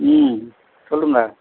ம் சொல்லுங்கள்